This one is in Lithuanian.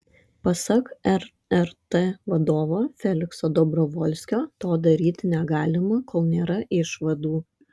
pasak rrt vadovo felikso dobrovolskio to daryti negalima kol nėra išvadų